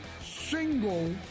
single